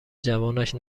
جوانش